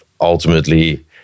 ultimately